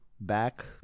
Back